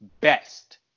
best